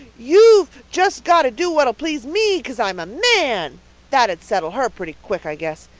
you've just got to do what'll please me cause i'm a man that'd settle her pretty quick i guess.